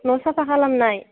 न' साफा खालामनाय